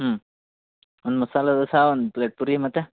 ಹ್ಞೂ ಒಂದು ಮಸಾಲೆ ದೋಸೆ ಒಂದು ಪ್ಲೇಟ್ ಪೂರಿ ಮತ್ತು